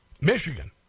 Michigan